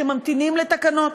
שממתינים לתקנות.